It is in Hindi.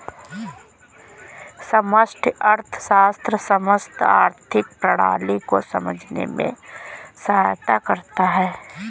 समष्टि अर्थशास्त्र समस्त आर्थिक प्रणाली को समझने में सहायता करता है